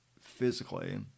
physically